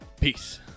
Peace